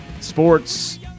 sports